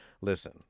Listen